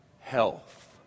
health